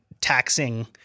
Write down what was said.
taxing